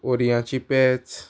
ओरयांची पेज